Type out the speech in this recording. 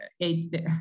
eight